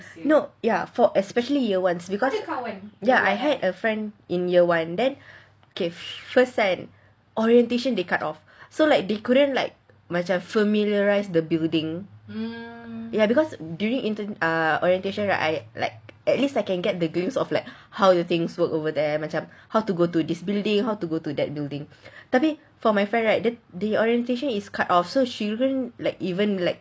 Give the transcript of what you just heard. no ya for especially year ones because ya I had a friend in year one okay first kan orientation they cut off so like they couldn't like macam familiarise the building ya because during orientation right I like at least I can get the glimpse of how the things work over there how to go to this building how to go to that building tapi for my friend right the orientation is cut off so she never even like even like